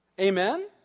Amen